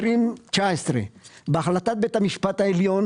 ב-2019, בהחלטת בית המשפט העליון